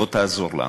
בוא תעזור לנו.